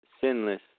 sinless